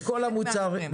בחלק מהמקרים.